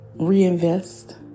reinvest